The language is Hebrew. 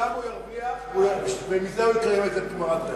שם הוא ירוויח, ומזה הוא יקיים את זה תמורת רווח.